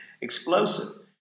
Explosive